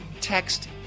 text